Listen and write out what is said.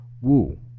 woo